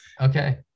okay